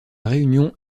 réunion